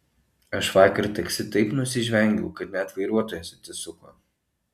aš vakar taksi taip nusižvengiau kad net vairuotojas atsisuko